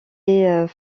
est